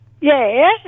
Yes